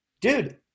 Dude